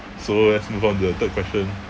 so let's move on to the third question